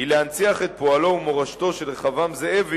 היא להנציח את פעולתו ומורשתו של רחבעם זאבי